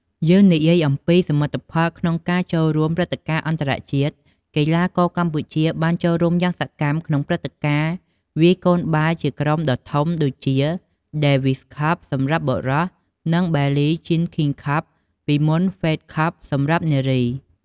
យើងនិយាយអំពីសមិទ្ធផលក្នុងការចូលរួមព្រឹត្តិការណ៍អន្តរជាតិ កីឡាករកម្ពុជាបានចូលរួមយ៉ាងសកម្មក្នុងព្រឹត្តិការណ៍វាយកូនបាល់ជាក្រុមដ៏ធំដូចជា Davis Cup សម្រាប់បុរស និង Billie Jean King Cup ពីមុន Fed Cup សម្រាប់នារី។